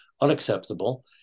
unacceptable